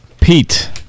Pete